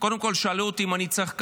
קודם כול שאלו אותי אם אני צריך כדור.